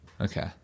okay